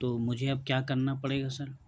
تو مجھے اب کیا کرنا پڑے گا سر